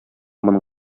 моның